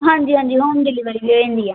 ਹਾਂਜੀ ਹਾਂਜੀ home delivery ਵੀ ਹੋ ਜਾਂਦੀ ਹੈ